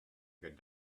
good